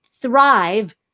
thrive